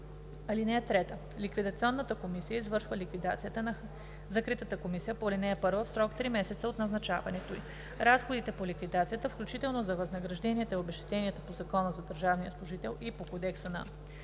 (3) Ликвидационната комисия извършва ликвидацията на закритата комисия по ал. 1 в срок три месеца от назначаването ѝ. Разходите по ликвидацията, включително за възнагражденията и обезщетенията по Закона за държавния служител и по Кодекса на